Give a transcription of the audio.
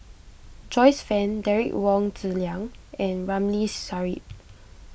Joyce Fan Derek Wong Zi Liang and Ramli Sarip